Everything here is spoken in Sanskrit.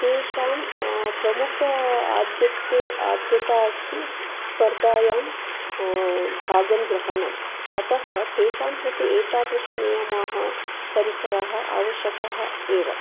तेषां प्रमुख आद्यत्ते आद्यता अस्ति स्पर्धायां भागं ग्रहणम् अतः तेषां कृते एतादृशनियमाः परिकराः आवश्यकाः एव